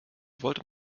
wollte